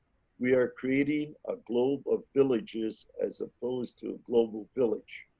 we are creating a globe of villages, as opposed to a global village.